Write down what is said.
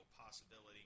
possibility